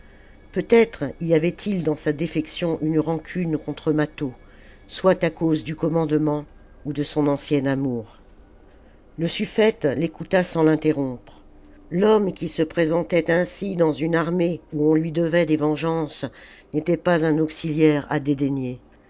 peut-être y avait-il dans sa défection une rancune contre mâtho soit à cause du commandement ou de son ancien amour le suffète l'écouta sans l'interrompre l'homme qui se présentait ainsi dans une armée où on lui devait des vengeances n'était pas un auxiliaire à